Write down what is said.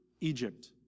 Egypt